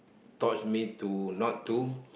taught me to not do